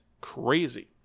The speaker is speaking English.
Crazy